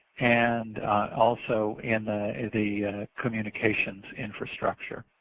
and also in the the communications infrastructure.